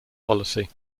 policy